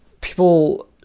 people